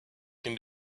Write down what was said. can